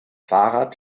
fahrrad